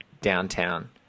downtown